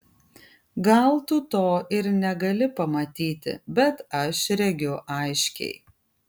gal tu to ir negali pamatyti bet aš regiu aiškiai